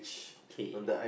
okay